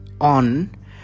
on